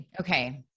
Okay